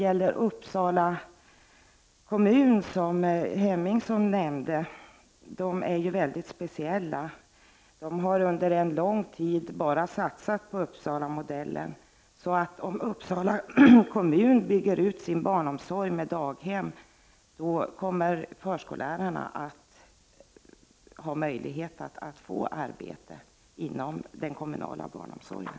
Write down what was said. I Uppsala kommun, som Ingrid Hemmingsson nämnde, är de mycket speciella. De har under en lång tid bara satsat på Uppsalamodellen. Om Uppsala kommun bygger ut sin barnomsorg med daghem, kommer förskollärarna att ha möjlighet att få arbete inom den kommunala barnomsorgen.